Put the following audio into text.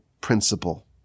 principle